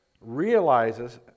realizes